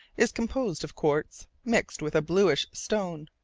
is composed of quartz, mixed with a bluish stone.